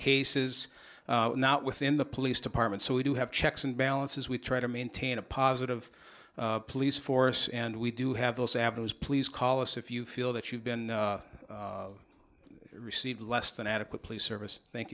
cases not within the police department so we do have checks and balances we try to maintain a positive police force and we do have those avenues please call us if you feel that you've been received less than adequately service thank